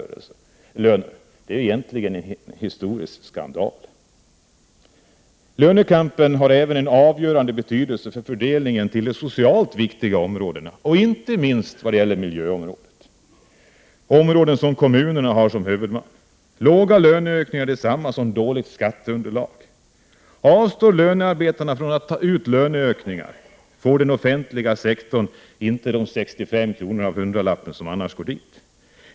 Det är egentligen en historisk skandal. Lönekampen har även en avgörande betydelse för fördelningen till de socialt viktiga områdena, inte minst miljöområdet — områden som har kommunerna som huvudman. Låga löneökningar är detsamma som dåligt skatteunderlag. Avstår lönearbetarna från att ta ut löneökningar, får den offentliga sektorn inte de 65 kr. av hundralappen som annars går dit.